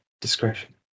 discretion